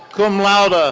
cum laude, ah